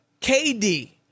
KD